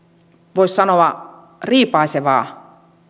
voisi sanoa riipaisevaa